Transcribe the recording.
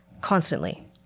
constantly